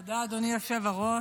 תודה, אדוני היושב-ראש,